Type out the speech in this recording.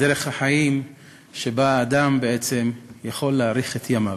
דרך החיים שבה האדם בעצם יכול להאריך את ימיו.